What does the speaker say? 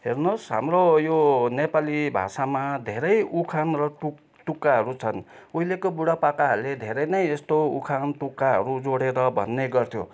हेर्नु होस् हाम्रो यो नेपाली भाषामा धेरै उखान र तुक तुक्काहरू छन् उहिलेको बुढापाकाहरूले धेरै नै यस्तो उखान तुक्काहरू जोडेर भन्ने गर्थ्यो